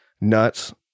nuts